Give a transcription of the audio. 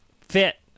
Fit